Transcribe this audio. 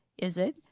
is it?